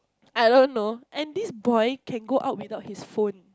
I don't know and this boy can go out without his phone